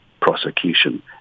prosecution